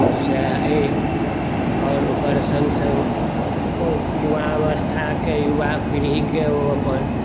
सएह अइ आओर ओकर सङ्ग सङ्ग ओ युवावस्थाकेँ युवा पीढ़ीकेँ ओ अपन